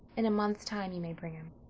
in a month's time you may bring him.